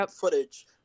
footage